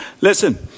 Listen